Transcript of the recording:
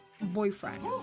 boyfriend